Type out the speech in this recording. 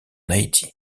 haïti